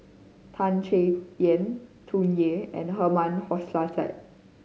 Tan Chay Yan Tsung Yeh and Herman Hochstadt